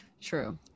true